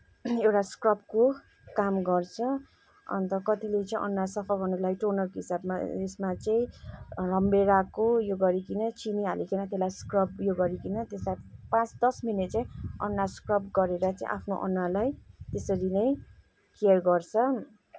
एउटा स्क्रबको काम गर्छ अन्त कतिले चाहिँ अनुहार सफा गर्नको लागि टोनरको हिसाबमा यसमा चाहिँ रमभेडाको उयो गरिकन चिनी हालिकन त्यसलाई स्क्रब उयो गरिकन त्यसलाई पाँच दस मिनट चाहिँ अनुहार स्क्रब गरेर चाहिँ आफ्नो अनुहारलाई त्यसरी नै केयर गर्छ